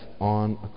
on